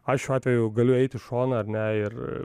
aš šiuo atveju galiu eit į šoną ar ne ir